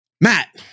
Matt